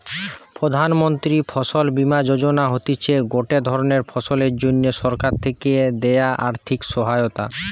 প্রধান মন্ত্রী ফসল বীমা যোজনা হতিছে গটে ধরণের ফসলের জন্যে সরকার থেকে দেয়া আর্থিক সহায়তা